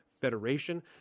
Federation